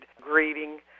greeting